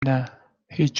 نه، هیچ